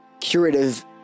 curative